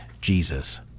Jesus